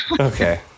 Okay